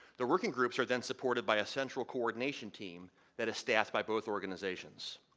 the working groups are then supported by a central coordination team that staffed by both organizations.